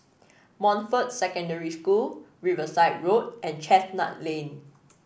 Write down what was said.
Montfort Secondary School Riverside Road and Chestnut Lane